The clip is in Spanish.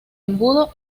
embudo